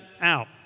out